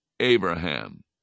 Abraham